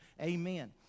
Amen